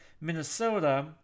Minnesota